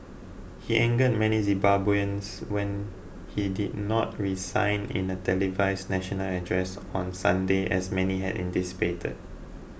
he angered many Zimbabweans when he did not resign in a televised national address on Sunday as many had anticipated